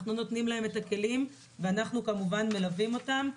אנחנו נותנים להן את הכלים ואנחנו כמובן מלווים אותם.